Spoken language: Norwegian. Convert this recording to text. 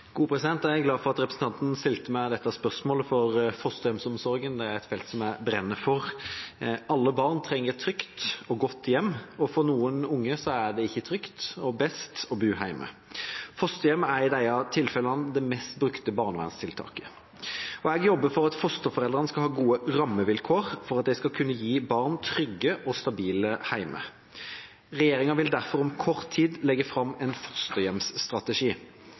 Jeg er glad for at representanten stilte meg dette spørsmålet, for fosterhjemsomsorgen er et felt jeg brenner for. Alle barn trenger et trygt og godt hjem, og for noen unge er det ikke trygt og best å bo hjemme. Fosterhjem er i disse tilfellene det mest brukte barnevernstiltaket. Jeg jobber for at fosterforeldrene skal ha gode rammevilkår for at de skal kunne gi barn trygge og stabile hjem. Regjeringen vil derfor om kort tid legge fram en fosterhjemsstrategi.